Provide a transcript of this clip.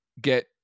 get